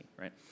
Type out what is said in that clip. right